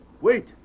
Wait